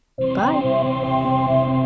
Bye